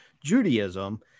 Judaism